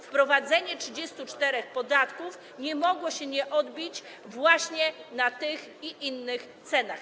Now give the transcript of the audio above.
Wprowadzenie 34 podatków nie mogło nie odbić się właśnie na tych i innych cenach.